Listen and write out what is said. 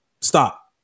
Stop